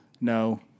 No